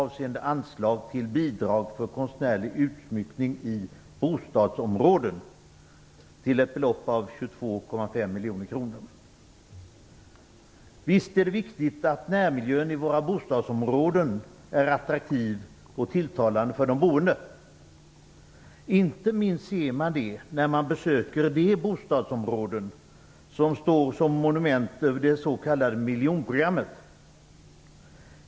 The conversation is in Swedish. Visst är det viktigt att närmiljön i våra bostadsområden är attraktiv och tilltalande för de boende. Inte minst ser man det när man besöker de bostadsområden som står som monument över det s.k. miljonprogrammet.